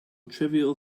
trivial